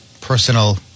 personal